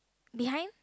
behind